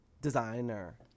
designer